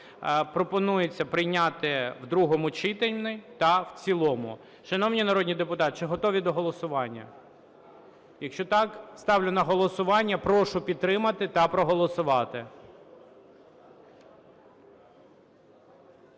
Пропонується прийняти в другому читанні та в цілому. Шановні народні депутати, чи готові до голосування? Якщо так, ставлю на голосування. Прошу підтримати та голосувати.